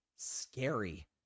Scary